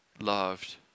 loved